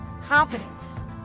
confidence